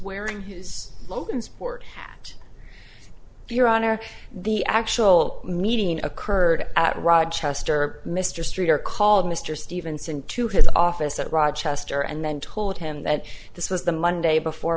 wearing his logansport at your honor the actual meeting occurred at rochester mr streeter called mr stevenson to his office at rochester and then told him that this was the monday before